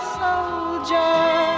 soldier